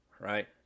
right